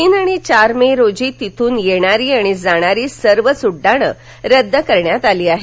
तीन आणि चार मे रोजीच्या तेथून येणारी आणि जाणारी सर्वच उड्डाण रद्द करण्यात आली आहेत